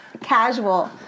casual